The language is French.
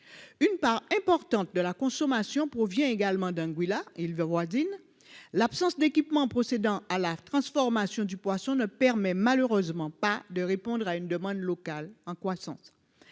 une part importante de la consommation pour vient également d'Angela, il va voisine, l'absence d'équipements en procédant à la transformation du poisson ne permet malheureusement pas de répondre à une demande locale en croissance